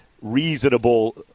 reasonable